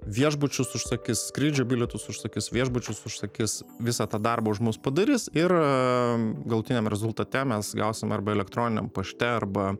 viešbučius užsakis skrydžio bilietus užsakis viešbučius užsakis visą tą darbą už mus padaris ir galutiniam rezultate mes gausim arba elektroniniam pašte arba